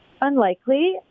Unlikely